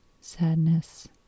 sadness